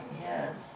yes